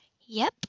Yep